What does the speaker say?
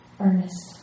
earnest